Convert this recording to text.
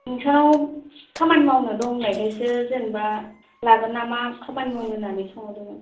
नोंस्रानाव खामानि मावनो दं होन्नायखायसो जेनेबा लागोन नामा खामान मावनो होन्नानै सोंहरदोंमोन